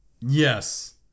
Yes